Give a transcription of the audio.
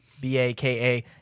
B-A-K-A